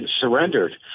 surrendered